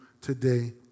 today